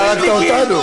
אתה הרגת אותנו.